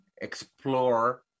explore